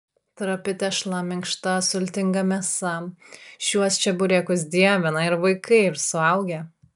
trapi tešla minkšta sultinga mėsa šiuos čeburekus dievina ir vaikai ir suaugę